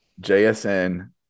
JSN